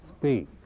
speak